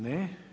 Ne.